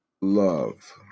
love